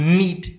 need